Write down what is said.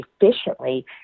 efficiently